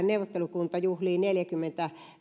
neuvottelukunta juhlii neljäkymmentä